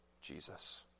Jesus